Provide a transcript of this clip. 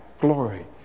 glory